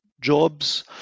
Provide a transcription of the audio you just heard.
jobs